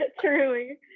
Truly